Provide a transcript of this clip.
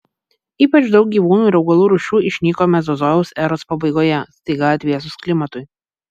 ypač daug gyvūnų ir augalų rūšių išnyko mezozojaus eros pabaigoje staiga atvėsus klimatui